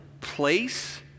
place